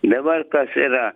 dabar kas yra